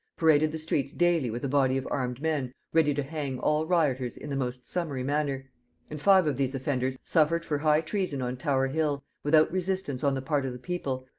paraded the streets daily with a body of armed men ready to hang all rioters in the most summary manner and five of these offenders suffered for high treason on tower-hill, without resistance on the part of the people,